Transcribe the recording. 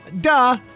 Duh